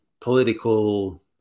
political